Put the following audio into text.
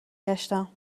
گشتم